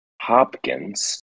Hopkins